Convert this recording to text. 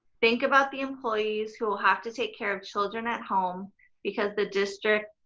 think about the employees who will have to take care of children at home because the district